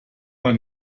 man